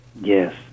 Yes